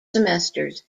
semesters